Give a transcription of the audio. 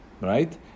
right